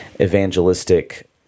evangelistic